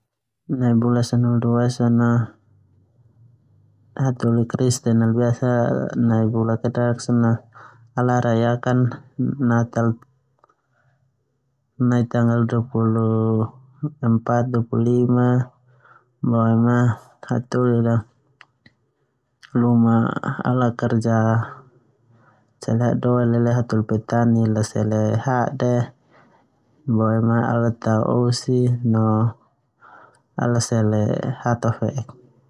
Nai bula sanahulu dua ia biasa hataholi kristen ala rayakan natal nai tanggal duahulu ha dua hulu lima boema hataholi la luma ala kerja hadaoe leleo petani la sele hade no tao osi no ala selw hata fe'ek.